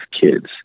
kids